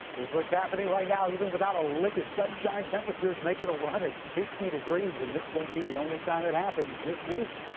here's what's happening right now. even without a lick of sunshine temperatures making a run at fifty degrees and this won't be the only time it happens this week.